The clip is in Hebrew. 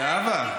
זהבה,